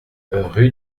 rue